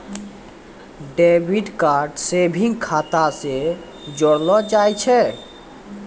debit card savings खाता से जोड़लो जाय छै